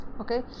okay